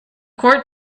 court